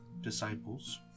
disciples